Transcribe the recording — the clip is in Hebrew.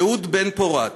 אהוד בן-פורת,